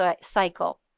cycle